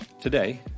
Today